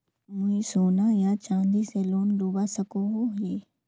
मुई सोना या चाँदी से लोन लुबा सकोहो ही?